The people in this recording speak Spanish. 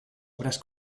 obras